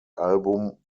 album